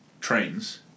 trains